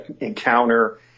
encounter